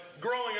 growing